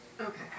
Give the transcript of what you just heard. okay